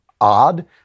odd